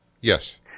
Yes